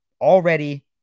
already